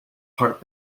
hart